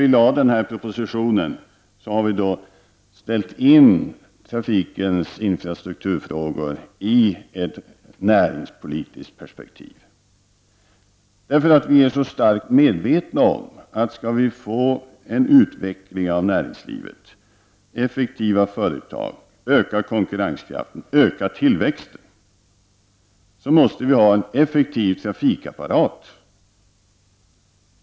I denna proposition har vi ställt trafikens infrastrukturfrågor i ett näringspolitiskt perspektiv. Vi är starkt medvetna om att skall vi få en utveckling av näringslivet, effektiva företag, ökad konkurrenskraft, ökad tillväxt, så måste vi ha en effektiv trafikapparat.